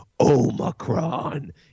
Omicron